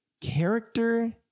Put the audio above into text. character